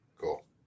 Cool